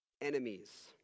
enemies